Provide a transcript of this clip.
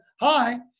hi